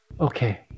okay